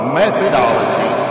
methodology